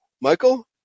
Michael